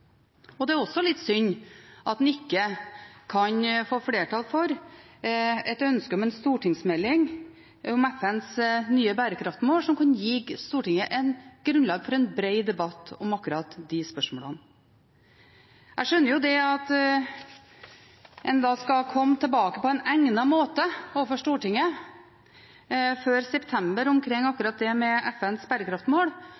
foreslår. Det er også litt synd at en ikke kan få flertall for et ønske om en stortingsmelding om FNs nye bærekraftsmål, som kan gi Stortinget grunnlag for en bred debatt om akkurat de spørsmålene. Jeg skjønner jo at en da skal komme tilbake til Stortinget «på egnet måte» før september med dette med FNs